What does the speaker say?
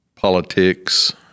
Politics